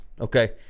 okay